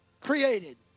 created